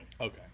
Okay